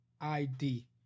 ID